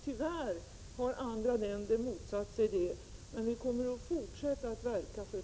Tyvärr har andra länder motsatt sig detta, men vi kommer att fortsätta att verka för ett sådant förbud.